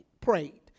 prayed